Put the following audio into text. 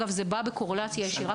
זה בא בקורלציה ישירה